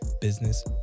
Business